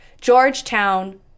Georgetown